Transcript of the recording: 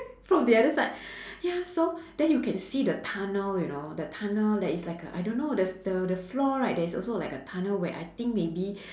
from the other side ya so then you can see the tunnel you know the tunnel that is like a I don't know there's the the the floor right there's also like a tunnel where I think maybe